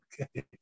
Okay